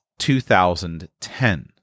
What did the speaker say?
2010